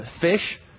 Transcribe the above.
fish